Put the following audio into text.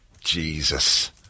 Jesus